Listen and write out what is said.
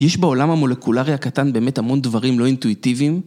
יש בעולם המולקולרי הקטן באמת המון דברים לא אינטואיטיביים